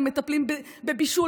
למטפלים בבישול,